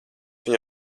viņu